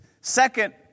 second